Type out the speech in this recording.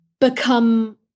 become